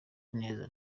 neza